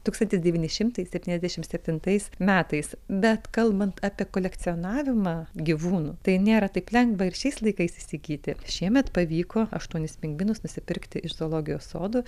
tūkstantis devyni šimtai septyniasdešim septintais metais bet kalbant apie kolekcionavimą gyvūnų tai nėra taip lengva ir šiais laikais įsigyti šiemet pavyko aštuonis pingvinus nusipirkti iš zoologijos sodo